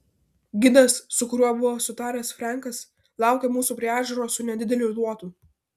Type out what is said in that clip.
gidas su kuriuo buvo sutaręs frenkas laukė mūsų prie ežero su nedideliu luotu